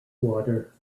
walter